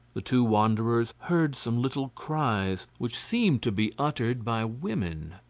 the two wanderers heard some little cries which seemed to be uttered by women.